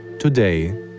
Today